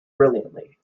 brilliantly